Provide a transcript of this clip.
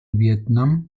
vietnam